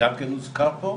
שגם כן הוזכר פה.